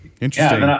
interesting